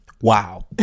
Wow